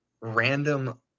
random